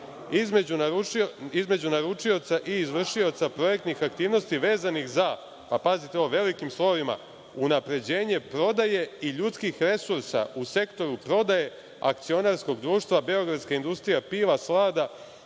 između naručioca i izvršioca projektnih aktivnosti vezanih za, pa pazite ovo velikim slovima, unapređenje prodaje i ljudskih resursa u sektoru prodaje akcionarskog društva „Beogradska industrija piva, slada